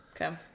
Okay